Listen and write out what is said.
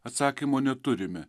atsakymo neturime